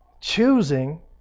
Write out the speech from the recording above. Choosing